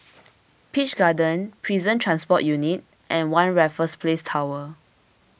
Peach Garden Prison Transport Unit and one Raffles Place Tower